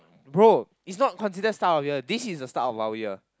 bro is not considered start of year this is the start of our year